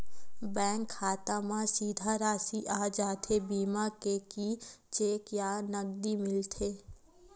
Bank खाता मा सीधा राशि आ जाथे बीमा के कि चेक या नकदी मिलथे?